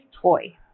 toy